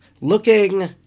looking